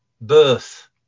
birth